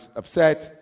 upset